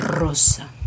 Rosa